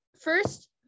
First